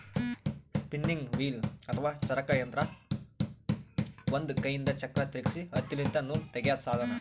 spinning wheel ಅಥವಾ ಚರಕ ಅಂದ್ರ ಒಂದ್ ಕೈಯಿಂದ್ ಚಕ್ರ್ ತಿರ್ಗಿಸಿ ಹತ್ತಿಲಿಂತ್ ನೂಲ್ ತಗ್ಯಾದ್ ಸಾಧನ